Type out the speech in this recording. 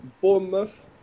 bournemouth